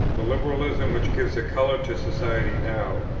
the liberalism which gives a colour to society now,